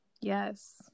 Yes